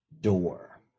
door